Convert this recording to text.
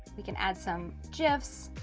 we can add some gifs.